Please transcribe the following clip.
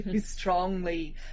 strongly